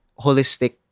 holistic